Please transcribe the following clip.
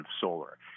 solar